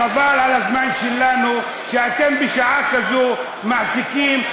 חבל על הזמן שלנו שאתם בשעה כזו מעסיקים,